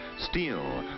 Steel